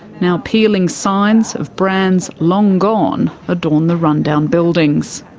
now peeling signs of brands long gone adorn the rundown buildings.